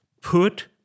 Put